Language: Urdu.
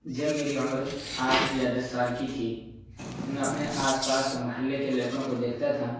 جب میری عمر آٹھ یا دس سال کی تھی تو میں اپنے آس پاس یا محلے کے لڑکوں کو دیکھتا تھا